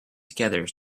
together